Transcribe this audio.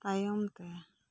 ᱛᱟᱭᱚᱢ ᱛᱮ